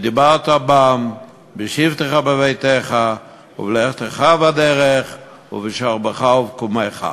"ודברת בם בשבתך בביתך ובלכתך בדרך ובשכבך ובקומך".